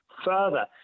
Further